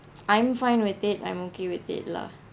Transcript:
I'm fine with it I'm okay with it lah